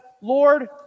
Lord